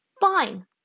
Fine